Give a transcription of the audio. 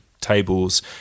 tables